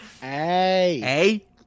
Hey